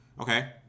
Okay